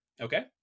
Okay